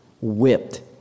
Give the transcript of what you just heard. whipped